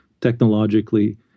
technologically